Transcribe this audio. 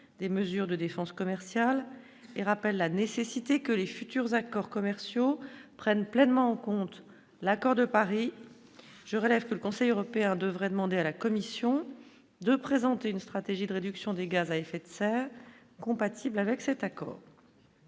des mesures de défense commerciale et rappelle la nécessité que les futurs accords commerciaux prennent pleinement en compte l'accord de Paris je relève que le Conseil européen devrait demander à la Commission de présenter une stratégie de réduction des gaz à effet de serre compatible avec cet accord,